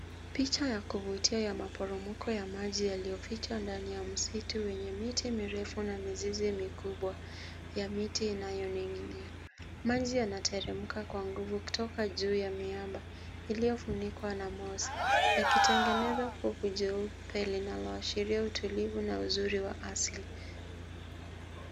Picha ya kuvutia ya maporomoko ya maji yaliyofichwa ndani ya msitu wenye miti mirefu na mizizi mikubwa ya miti inayo ning‘ia. Maji yanateremka kwa nguvu kutoka juu ya miamba iliyofunikwa na mosi. Yakitengeneza povi jeupe linaloashiria utulivu na uzuri wa asili.